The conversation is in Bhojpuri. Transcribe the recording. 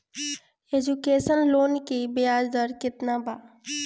एजुकेशन लोन की ब्याज दर केतना बा?